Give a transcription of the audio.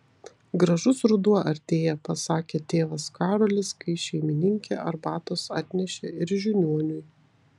gražus ruduo artėja pasakė tėvas karolis kai šeimininkė arbatos atnešė ir žiniuoniui